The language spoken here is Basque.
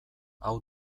hau